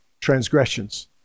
transgressions